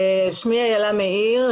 שמי אילה מאיר,